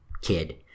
Kid